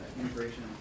integration